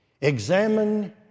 Examine